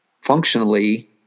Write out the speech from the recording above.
functionally